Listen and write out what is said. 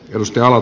ruskeala